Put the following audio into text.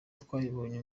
twabibonye